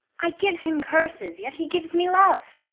i give him curses, yet he gives me love.